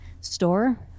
store